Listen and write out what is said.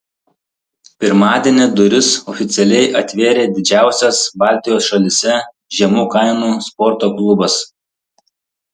pirmadienį duris oficialiai atvėrė didžiausias baltijos šalyse žemų kainų sporto klubas